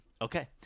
Okay